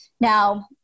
Now